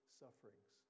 sufferings